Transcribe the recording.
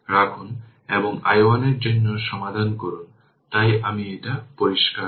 সুতরাং যদি এটি হয় i 1 4 বাই 3 10 বাই 7 2831 অ্যাম্পিয়ার